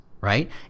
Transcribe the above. right